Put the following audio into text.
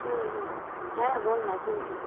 হুম হুম হ্যাঁ বলনা শুনছি